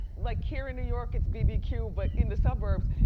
like here in new york it's bbq, but in the suburbs,